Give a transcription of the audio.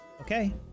Okay